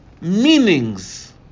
meanings